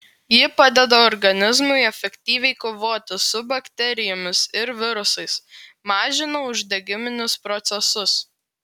ji padeda organizmui efektyviai kovoti su bakterijomis ir virusais mažina uždegiminius procesus